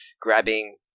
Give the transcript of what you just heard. grabbing